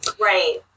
Right